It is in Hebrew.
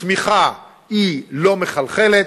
הצמיחה לא מחלחלת,